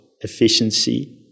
efficiency